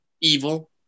evil